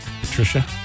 Patricia